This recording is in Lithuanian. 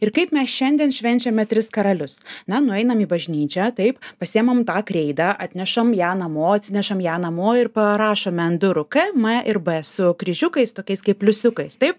ir kaip mes šiandien švenčiame tris karalius na nueinam į bažnyčią taip pasiimam tą kreidą atnešam ją namo atsinešam ją namo ir parašome ant durų k m ir b su kryžiukais tokiais kaip pliusiukais taip